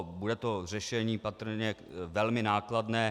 Bude to řešení patrně velmi nákladné.